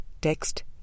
text